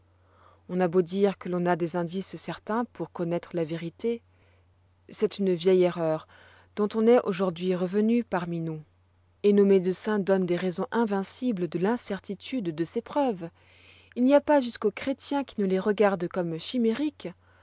on a beau dire que l'on a des indices certains pour connoître la vérité c'est une vieille erreur dont on est aujourd'hui revenu parmi nous et nos médecins donnent des raisons invincibles de l'incertitude de ces preuves il n'y a pas jusqu'aux chrétiens qui ne les regardent comme chimériques